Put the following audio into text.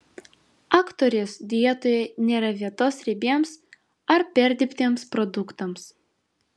aktorės dietoje nėra vietos riebiems ar perdirbtiems produktams